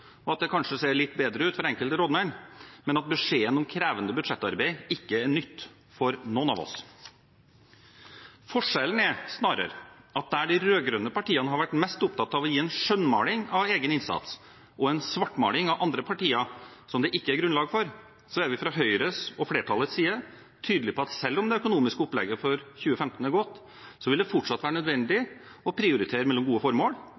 og at det kanskje ser litt bedre ut for enkelte rådmenn, men at beskjeden om krevende budsjettarbeid ikke er noe nytt – for noen av oss. Forskjellen er snarere at der de rød-grønne partiene har vært mest opptatt av å gi en skjønnmaling av egen innsats og en svartmaling av andre partier som det ikke er grunnlag for, er vi fra Høyres og flertallets side tydelig på at selv om det økonomiske opplegget for 2015 er godt, vil det fortsatt være nødvendig å prioritere mellom gode formål,